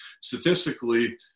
statistically